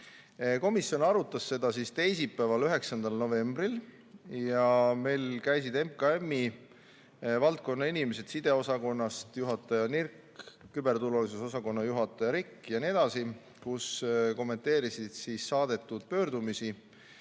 Komisjon arutas seda teisipäeval, 9. novembril. Meil käisid külas MKM-i valdkonnainimesed, sideosakonna juhataja Nirk, küberturvalisuse osakonna juhataja Rikk ja teisedki, kes kommenteerisid saadetud pöördumist.